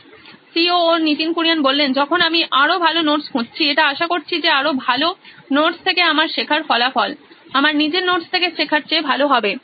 নীতিন কুরিয়ান সি ও ও নোইন ইলেকট্রনিক্স যখন আমি আরও ভালো নোটস খুঁজছি এটা আশা করছি যে আরো ভালো নোটস থেকে আমার শেখার ফলাফল আমার নিজের নোটস থেকে শেখার চেয়ে ভালো হবে